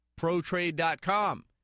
ProTrade.com